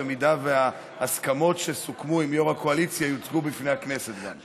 במידה שההסכמות שסוכמו עם יו"ר הקואליציה יוצגו בפני הכנסת גם.